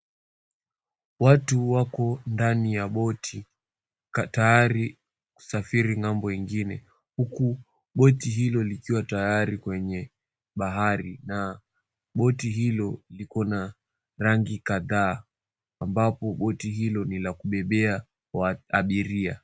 Watu wako ndani ya boti tayari kusafiri ng'ambo nyengine huku boti hilo likiwa tayari kwenye bahari na boti hilo liko na rangi kadhaa ambapo boti hilo nilakubebea abiria.